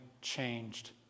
changed